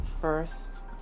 First